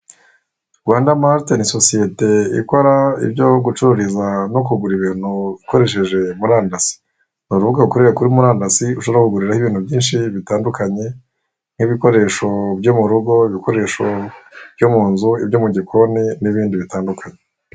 Rwanda marite ni sosiyete ikora ibyo aho gucururiza no kugura ibintu ukoresheje murandasi. Ni urubuga ukoreye kuri murandasi, ushobora kuguriraho ibintu byinshi bitandukanye, nk'ibikoresho byo mu rugo, ibikoresho byo mu nzu, ibyo mu gikoni , n'ibindi bitandukanye.